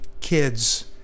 kids